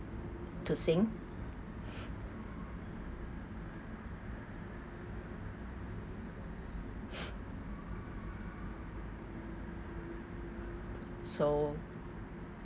to sing so